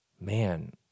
man